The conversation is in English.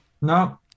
No